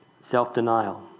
self-denial